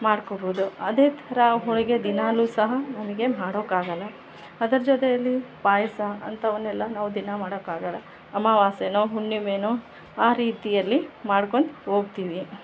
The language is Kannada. ಮಾಡ್ಕೋಬೌದು ಅದೇ ಥರ ಹೋಳಿಗೆ ದಿನಾಲೂ ಸಹ ನಮಗೆ ಮಾಡೋಕೆ ಆಗೊಲ್ಲ ಅದರ ಜೊತೆಯಲ್ಲಿ ಪಾಯಸ ಅಂಥವನ್ನೆಲ್ಲ ನಾವು ದಿನ ಮಾಡೊಕ್ ಆಗೊಲ್ಲ ಅಮಾವಾಸ್ಯೆನೋ ಹುಣ್ಣಿಮೆನೋ ಆ ರೀತಿಯಲ್ಲಿ ಮಾಡ್ಕೊಂಡು ಹೋಗ್ತೀವಿ